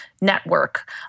network